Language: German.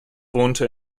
wohnte